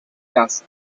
casas